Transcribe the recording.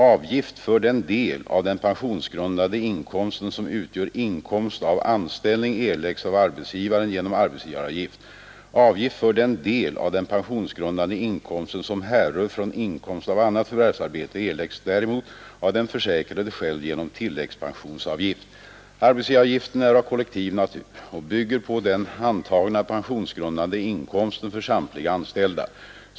Avgift för den del av den pensionsgrundande inkomsten som utgör inkomst av anställning erläggs av arbetsgivaren genom arbetsgivaravgift. Avgift för den del av den pensionsgrundande inkomsten som härrör från inkomst av annat förvärvsarbete erläggs däremot av den försäkrade själv genom tilläggspensionsavgift. Arbetsgivaravgiften är av kollektiv natur och bygger på den antagna pensionsgrundande inkomsten för samtliga anställda.